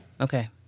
okay